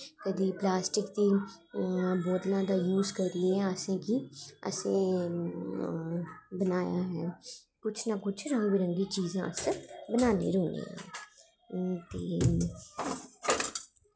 कदें प्लास्टिक दी बोतलां दा यूज करियै असें गी असें बनाया कुछ ना कुछ रंग बरंगी चीजां अस बनांदे रौह्ने आं